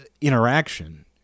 interaction